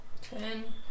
Ten